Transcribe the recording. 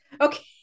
Okay